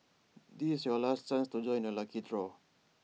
this is your last chance to join the lucky draw